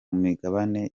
migabane